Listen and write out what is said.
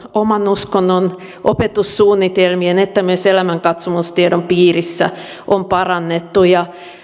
oman uskonnon opetussuunnitelmien että myös elämänkatsomustiedon piirissä on parannettu ja